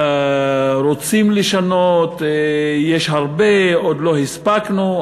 רוצים לשנות, יש הרבה, עוד לא הספקנו.